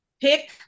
pick